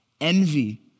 Envy